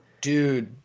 Dude